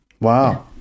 Wow